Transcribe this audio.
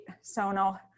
sono